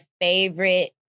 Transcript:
favorite